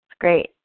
great